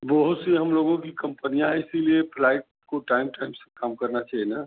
बहुत सी हम लोगों की कंपनियाँ हैं इसीलिये फ्लाइट को टाइम टाइम से काम करना चाहिये ना